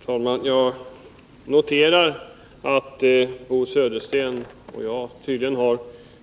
Herr talman! Jag noterar att Bo Södersten och jag tydligen har